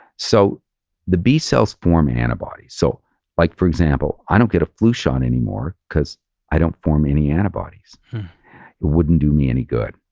so the b-cells form antibodies. so like for example, i don't get a flu shot anymore because i don't form any antibodies. it wouldn't do me any good.